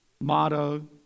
motto